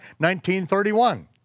19.31